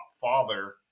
father